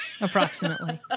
Approximately